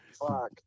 Fuck